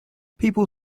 people